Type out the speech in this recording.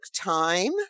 time